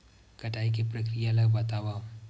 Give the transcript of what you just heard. कटाई के प्रक्रिया ला बतावव?